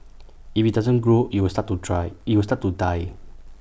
if IT doesn't grow IT will start to try IT will start to die